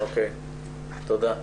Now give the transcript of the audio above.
אוקיי, תודה.